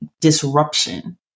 disruption